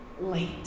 late